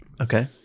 Okay